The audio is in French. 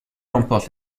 remporte